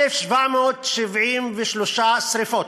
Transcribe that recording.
1,773 שרפות,